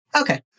Okay